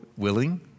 willing